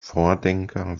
vordenker